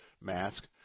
mask